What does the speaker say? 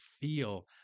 feel